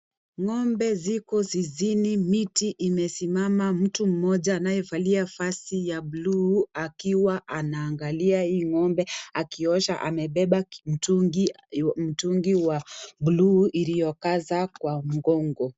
Ng'ombe ziko zizini, miti zimesimama, mtu mmoja anayevalia vazi ya buluu, akiwa anaangalia hii ng'ombe, akiosha amebeba, mtungi wa buluu iliyokaza kwa mgongo.